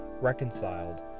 reconciled